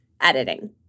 editing